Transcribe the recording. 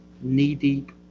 knee-deep